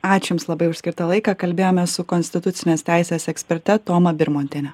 ačiū jums labai už skirtą laiką kalbėjome su konstitucinės teisės eksperte toma birmontiene